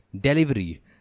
Delivery